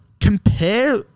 Compare